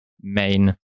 main